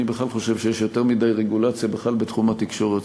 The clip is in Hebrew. אני בכלל חושב שיש יותר מדי רגולציה בכלל בתחום התקשורת.